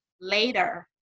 later